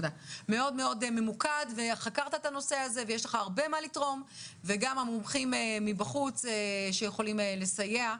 מאוד ממוקד ויש לך הרבה מה לתרום ויש גם מומחים מבחוץ שיכולים לסייע.